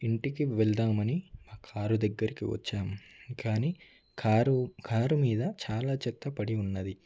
ఇంటికి వెళదాం అని మా కార్ దగ్గరికి వచ్చాము కానీ కార్ కార్ మీద చాలా చెత్త పడి ఉన్నది